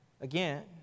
again